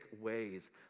ways